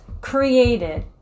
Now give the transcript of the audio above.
created